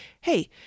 hey